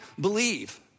believe